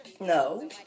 No